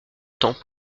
temps